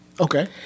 Okay